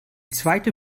zweite